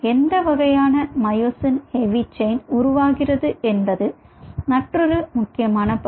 எந்த வகையான myosin heavy chain உருவாகிறது என்பது மற்றொரு முக்கியமான பகுதி